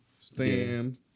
Stand